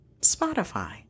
Spotify